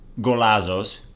golazos